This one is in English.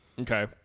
Okay